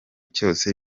cyose